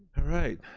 right,